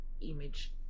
image